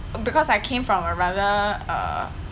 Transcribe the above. because I came from a rather uh